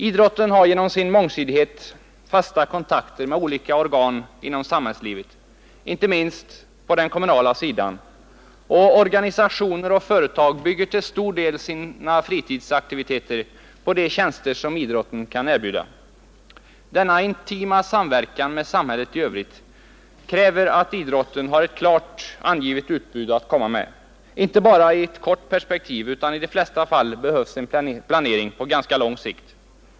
Idrotten har genom sin mångsidighet fasta kontakter med olika organ inom samhällslivet inte minst på den kommunala sidan. Organisationer och företag bygger till stor del sina fritidsaktiviteter på de tjänster som idrotten kan erbjuda. Denna intima samverkan med samhället i övrigt kräver att idrotten har ett klart angivet utbud att komma med, inte bara i ett kort perspektiv, utan i de flesta fall behövs en planering på ganska lång sikt.